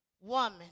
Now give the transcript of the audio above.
Woman